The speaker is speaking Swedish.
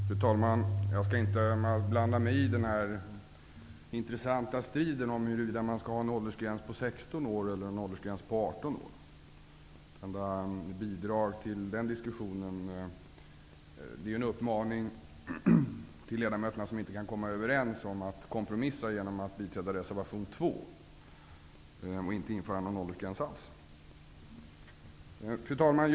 Fru talman! Jag skall inte blanda mig i den intressanta striden om huruvida man skall ha en åldersgräns på 16 eller 18 år. Mitt enda bidrag till den diskussionen är en uppmaning till ledamöterna som inte kan komma överens att kompromissa genom att biträda reservation 2 och inte införa någon åldersgräns alls. Fru talman!